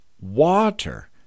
water